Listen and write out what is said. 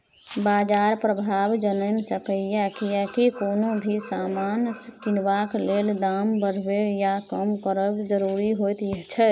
बाजार प्रभाव जनैम सकेए कियेकी कुनु भी समान किनबाक लेल दाम बढ़बे या कम करब जरूरी होइत छै